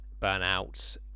Burnouts